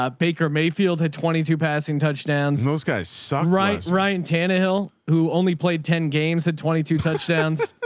ah baker mayfield had twenty two passing touchdowns. those guys songwriter, ryan tannehill, who only played ten games had twenty two touchdowns.